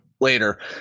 Later